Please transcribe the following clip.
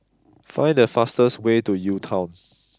find the fastest way to UTown